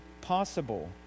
possible